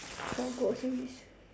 for groceries